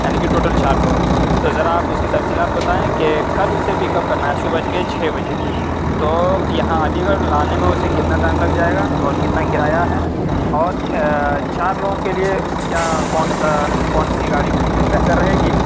یعنی کہ ٹوٹل چار لوگ تو ذرا آپ اس کی تفصیلات بتائیں کہ کل اسے پیکپ کرنا ہے صبح کے چھ بجے تو یہاں علی گڑھ لانے میں اسے کتنا ٹائم لگ جائے گا اور کتنا کرایہ ہے اور چار لوگوں کے لیے کیا کون سا کون سی گاڑی بہتر رہے گی